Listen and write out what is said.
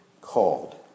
called